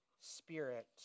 Spirit